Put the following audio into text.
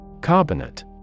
Carbonate